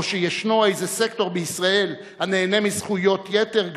או שיש איזה סקטור בישראל הנהנה מזכויות יתר,